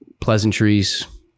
pleasantries